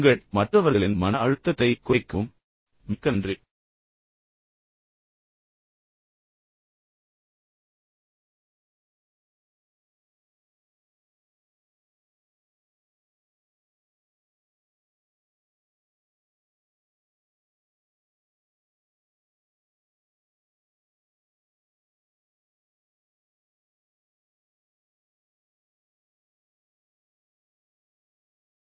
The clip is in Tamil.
உங்கள் மன அழுத்தத்தைக் குறைக்கவும் மற்றவர்களின் மன அழுத்தத்தையும் குறைக்கவும்